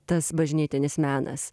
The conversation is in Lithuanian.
tas bažnytinis menas